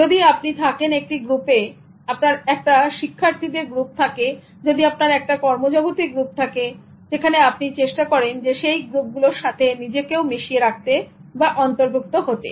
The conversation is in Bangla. যদি আপনি থাকেন একটি গ্রুপে আপনার একটা শিক্ষার্থীদের গ্রুপ থাকে যদি আপনার একটা কর্মজগতে গ্রুপ থাকে আপনি চেষ্টা করেন সেই গ্রুপগুলোর সাথে নিজেকেও মিশিয়ে রাখতে বা অন্তর্ভুক্ত হতে